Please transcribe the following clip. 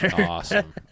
Awesome